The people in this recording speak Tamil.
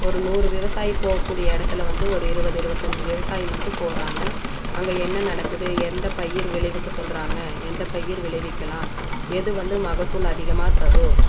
ஒரு நூறு விவசாயி போக கூடிய இடத்துல வந்து ஒரு இருபது இருபதஞ்சி விவசாயி மட்டும் போறாங்க அங்கே என்ன நடக்குது எந்த பயிர் விளைவிக்க சொல்லுறாங்க எந்த பயிர் விளைவிக்கலாம் எது வந்து மகசூல் அதிகமாக தரும்